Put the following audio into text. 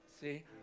See